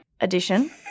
Edition